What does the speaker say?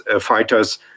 fighters